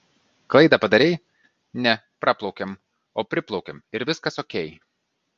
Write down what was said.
klaidą padarei ne praplaukiam o priplaukiam ir viskas okei